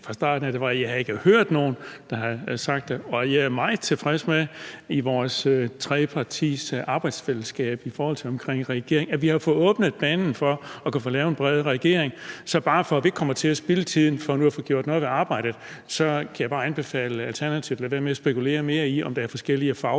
fra starten af, var, at jeg ikke havde hørt, at nogen skulle have sagt det. Og jeg er meget tilfreds med, at vi med vores trepartisarbejdsfællesskab har åbnet banen for at kunne få lavet en bred regering. Så bare for at vi nu ikke spilder tiden og kan komme i gang med arbejdet, kan jeg bare anbefale Alternativet at lade være med at spekulere mere i, om der er forskellige